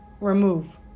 Remove